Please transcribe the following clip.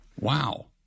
Wow